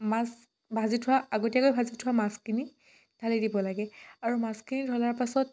মাছ ভাজি থোৱা আগতীয়াকৈ ভাজি থোৱা মাছখিনি ঢালি দিব লাগে আৰু মাছখিনি ঢলাৰ পাছত